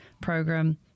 program